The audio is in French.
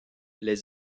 les